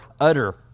utter